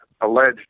alleged